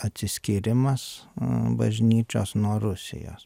atsiskyrimas bažnyčios nuo rusijos